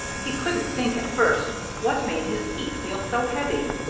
he couldn't think at first what made his feet feel so heavy.